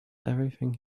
everything